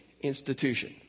institution